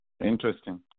Interesting